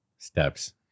steps